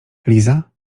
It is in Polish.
liza